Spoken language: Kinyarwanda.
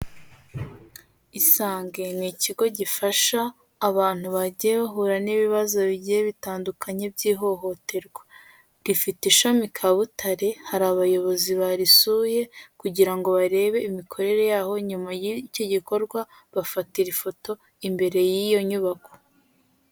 Isange ni ikigo gifasha abantu bagiye bahura n'ibibazo bigiye bitandukanye by'ihohoterwa. Rifite ishami Kabutare, hari abayobozi barisuye kugira ngo barebe imikorere yaho, nyuma y'iki gikorwa bafatira ifoto imbere y'iyo nyubako.